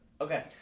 Okay